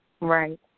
Right